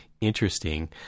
interesting